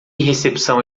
recepção